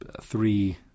Three